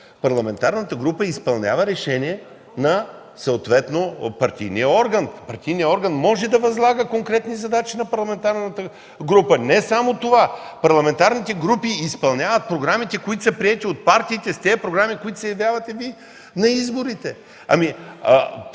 парламентарната група изпълнява решение на партийния орган! Партийният орган може да възлага конкретни задачи на парламентарната група! Не само това, парламентарните групи изпълняват програмите, които са приети от партиите – тези програми, с които се явявате на изборите!